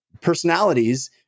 personalities